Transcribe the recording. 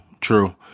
true